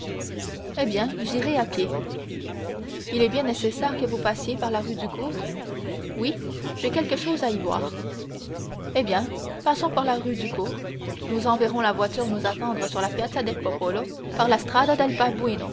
eh bien j'irai à pied il est bien nécessaire que vous passiez par la rue du cours oui j'ai quelque chose à y voir eh bien passons par la rue du cours nous enverrons la voiture nous attendre sur la piazza del popolo par la